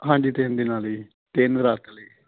ਹਾਂਜੀ ਤਿੰਨ ਦਿਨਾਂ ਲਈ ਤਿੰਨ ਰਾਤ ਲਈ